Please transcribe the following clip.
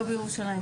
לא בירושלים.